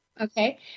Okay